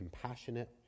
compassionate